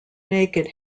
naked